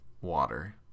water